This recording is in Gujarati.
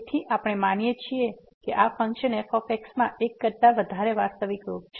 તેથી આપણે માનીએ છીએ કે આ ફંક્શન f માં એક કરતા વધારે વાસ્તવિક રૂટ છે